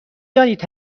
دانید